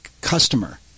customer